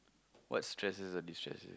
what stresses or distresses